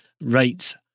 rates